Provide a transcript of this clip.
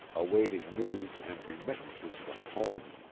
awaiting news and remittances from home,